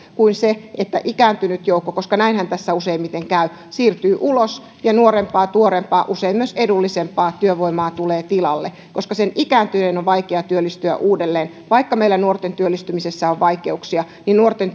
kuin että ikääntynyt joukko koska näinhän tässä useimmiten käy siirtyy ulos ja nuorempaa tuoreempaa ja usein myös edullisempaa työvoimaa tulee tilalle koska sen ikääntyneen on vaikea työllistyä uudelleen vaikka meillä nuorten työllistymisessä on vaikeuksia niin nuorten